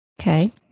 Okay